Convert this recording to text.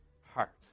heart